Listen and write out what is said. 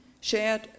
shared